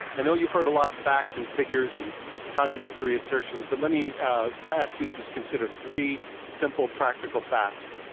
you know you, john. a lot of facts and figures and contradictory assertions, but let me ask you to just consider three simple practical facts.